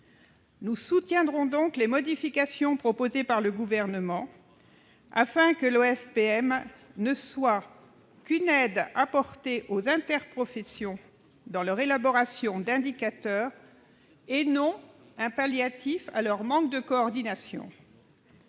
Nous soutiendrons donc les modifications proposées par le Gouvernement, afin que l'OFPM ne soit qu'une aide apportée aux interprofessions dans leur élaboration d'indicateurs et non un palliatif à leur manque de coordination.